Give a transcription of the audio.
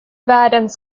världens